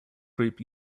group